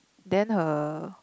then her